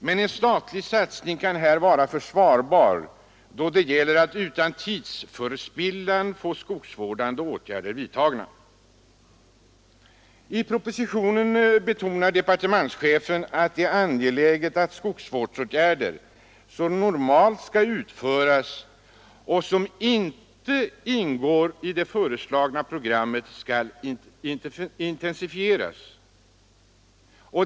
Men en statlig satsning kan här vara försvarbar då det gäller att utan tidsspillan få skogsvårdande åtgärder vidtagna. I propositionen betonar departementschefen att det är angeläget att skogsvårdsåtgärder som normalt skall utföras och som inte ingår i det föreslagna programmet också intensifieras.